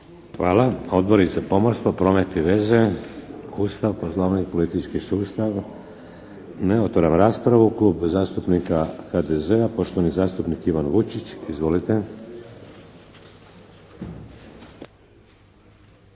Hvala. Odbori za pomorstvo, promet i veze, Ustav, Poslovnik i politički sustav. Ne? Otvaram raspravu. Klub zastupnika HDZ-a, poštovani zastupnik Ivan Vučić. Izvolite.